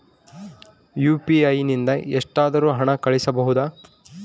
UPI ನಿಂದ ಎಷ್ಟಾದರೂ ಹಣ ಕಳಿಸಬಹುದಾ?